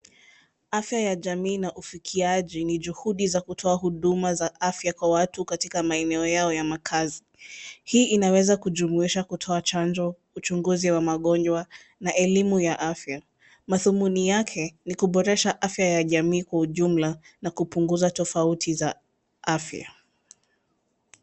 Afya ya jamii na ufikiaji ni juhudi za kutoa huduma za afya kwa watu katika maeneo yao ya makazi ,hii inaweza kujumuisha kutoa chanjo ,uchunguzi wa magonjwa na elimu ya afya madhumuni yake ni kuboresha afya ya jamii kwa ujumla na kupunguza tofauti za afya.